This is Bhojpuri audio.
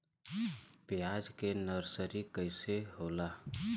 प्याज के नर्सरी कइसे होला?